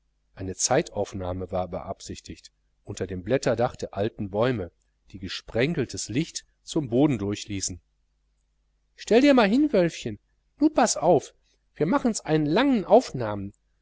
eine zeitaufnahme war beabsichtigt unter dem blätterdach der alten bäume die gesprenkeltes licht zum boden durchließen stell dir man hin wölfchen nun paß auf wir machens einen langen aufnahmen